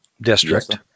District